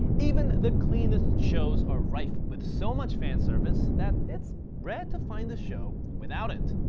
even the cleanest shows are rife with so much fanservice that it's rare to find a show without it.